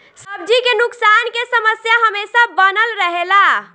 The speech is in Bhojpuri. सब्जी के नुकसान के समस्या हमेशा बनल रहेला